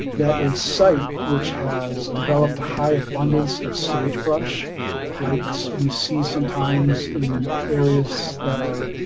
that a site which has developed a high abundance of sagebrush like we see sometimes in areas that are,